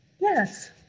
yes